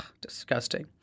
Disgusting